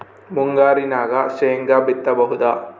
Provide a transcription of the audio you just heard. ಮುಂಗಾರಿನಾಗ ಶೇಂಗಾ ಬಿತ್ತಬಹುದಾ?